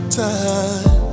time